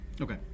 Okay